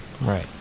Right